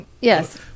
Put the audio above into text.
Yes